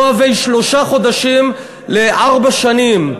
לא הווי שלושה חודשים כארבע שנים,